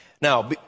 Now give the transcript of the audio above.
Now